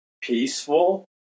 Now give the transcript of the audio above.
peaceful